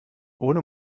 ohne